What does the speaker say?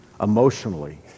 emotionally